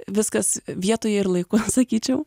viskas vietoje ir laiku sakyčiau